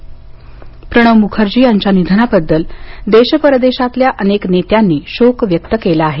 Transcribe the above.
Israel शोक प्रणव मुखर्जी यांच्या निधनाबद्दल देश परदेशातल्या अनेक नेत्यांनी शोक व्यक्त केला आहे